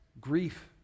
Grief